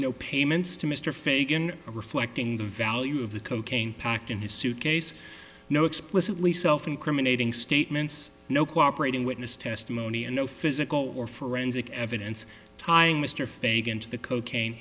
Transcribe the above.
no payments to mr fagan reflecting the value of the cocaine packed in his suitcase no explicitly self incriminating statements no cooperating witness testimony and no physical or forensic evidence tying mr fagan to the cocaine